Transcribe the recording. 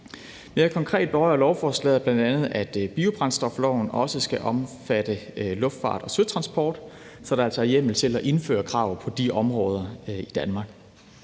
berører lovforslaget bl.a., at biobrændstofloven også skal omfatte luftfart og søtransport, så der altså er hjemmel til at indføre krav på de områder i Danmark.